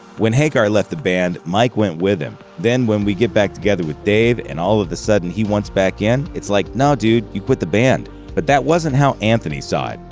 when hagar left the band, mike went with him. then when we get back together with dave, and all of a sudden, he wants back in. it's like, no dude, you quit the band but that wasn't how anthony saw it.